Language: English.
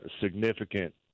significant